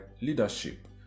leadership